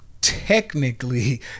technically